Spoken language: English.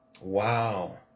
Wow